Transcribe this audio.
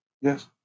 Yes